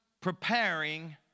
preparing